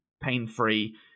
pain-free